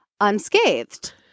unscathed